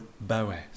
Boaz